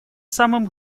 самым